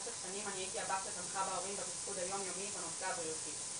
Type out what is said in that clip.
ובמשך שנים אני הייתי הבת שתמכה בהורים בתפקוד היומיומי בנושא הבריאותי.